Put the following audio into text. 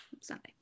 Sunday